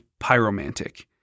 pyromantic